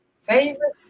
Favorite